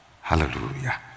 Hallelujah